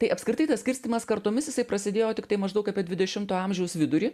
tai apskritai tas skirstymas kartomis jisai prasidėjo tiktai maždaug apie dvidešimtojo amžiaus vidurį